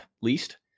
least